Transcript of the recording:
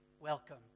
welcome